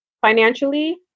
financially